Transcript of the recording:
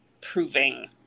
proving